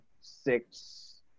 six